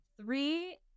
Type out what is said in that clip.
Three